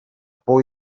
por